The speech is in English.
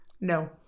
No